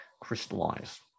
crystallize